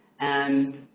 and,